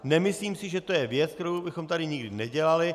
Nemyslím si, že to je věc, kterou bychom tady nikdy nedělali.